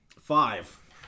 Five